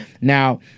Now